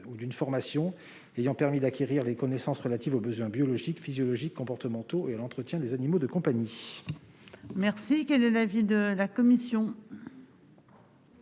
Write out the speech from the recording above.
ou d'une formation ayant permis d'acquérir les connaissances relatives aux besoins biologiques, physiologiques, comportementaux et à l'entretien des animaux de compagnie Quel est l'avis de la commission ?